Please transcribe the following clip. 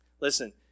listen